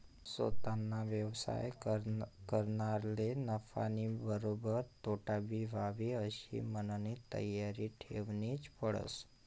सोताना व्यवसाय करनारले नफानीबरोबर तोटाबी व्हयी आशी मननी तयारी ठेवनीच पडस